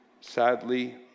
Sadly